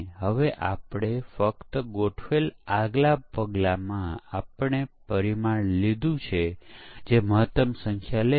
હવે આપણે પરીક્ષણ કેસની રચના જોતા પહેલા યુનિટ પરીક્ષણમાં કેટલાક મૂળભૂત મુદ્દા જોઈએ